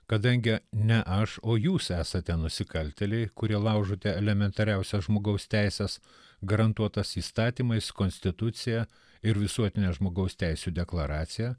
kadange ne aš o jūs esate nusikaltėliai kurie laužote elementariausias žmogaus teises garantuotas įstatymais konstitucija ir visuotine žmogaus teisių deklaracija